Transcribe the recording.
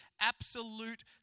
absolute